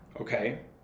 okay